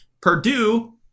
Purdue